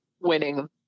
winning